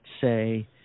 say